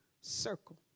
circle